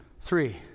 three